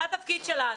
זה התפקיד שלנו.